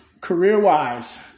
Career-wise